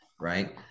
right